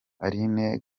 aline